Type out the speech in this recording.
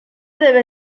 debe